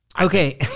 Okay